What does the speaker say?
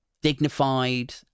Dignified